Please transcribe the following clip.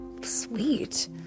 sweet